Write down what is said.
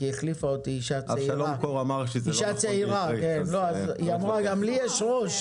כי החליפה אותי אישה צעירה אז היא אמרה: גם לי יש ראש,